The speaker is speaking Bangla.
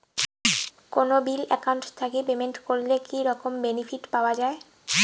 কোনো বিল একাউন্ট থাকি পেমেন্ট করলে কি রকম বেনিফিট পাওয়া য়ায়?